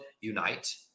unite